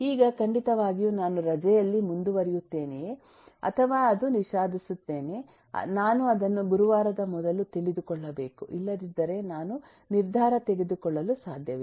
ಈಗ ಖಂಡಿತವಾಗಿಯೂ ನಾನು ರಜೆಯಲ್ಲಿ ಮುಂದುವರಿಯುತ್ತೇನೆಯೇ ಅಥವಾ ಅದು ವಿಷಾದಿಸುತ್ತೇನೆ ನಾನು ಅದನ್ನು ಗುರುವಾರದ ಮೊದಲು ತಿಳಿದುಕೊಳ್ಳಬೇಕು ಇಲ್ಲದಿದ್ದರೆ ನಾನು ನಿರ್ಧಾರ ತೆಗೆದುಕೊಳ್ಳಲು ಸಾಧ್ಯವಿಲ್ಲ